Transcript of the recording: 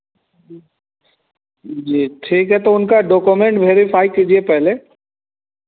जी ठीक है तो उनका डोकोमेन्ट वेरीफाई कीजिए पहले